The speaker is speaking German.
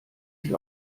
sich